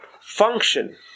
function